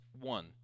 one